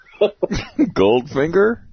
Goldfinger